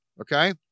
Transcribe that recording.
Okay